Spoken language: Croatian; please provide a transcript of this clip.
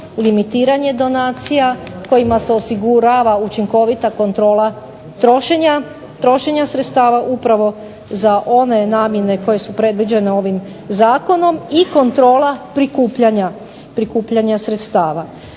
limitiranje donacija kojima se osigurava učinkovita kontrola trošenja sredstava upravo za one namjene koje su predviđene ovim zakonom i kontrola prikupljanja sredstava.